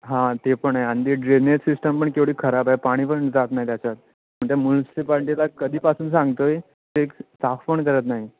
हां ते पण आहे आणि ते ड्रेनेज सिस्टम पण केवढी खराब आहे पाणी पण जात नाही त्याच्यात म्हणजे म्युन्सिपॅल्टीला कधीपासून सांगतो आहे ते साफ पण करत नाही